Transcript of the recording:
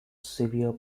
severe